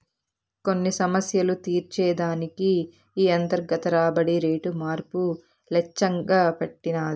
కొన్ని సమస్యలు తీర్చే దానికి ఈ అంతర్గత రాబడి రేటు మార్పు లచ్చెంగా పెట్టినది